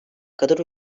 kadar